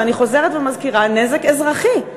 ואני חוזרת ומזכירה: נזק אזרחי,